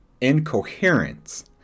incoherence